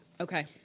Okay